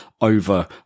over